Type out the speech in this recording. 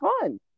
fun